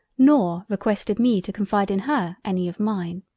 nor requested me to confide in her, any of mine.